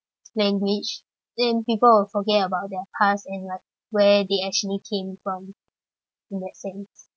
language then people forget about their past and like where they actually came from in that sense